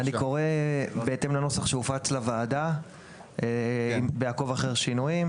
אני קורא בהתאם לנוסח שהופץ לוועדה בעקוב אחר שינויים.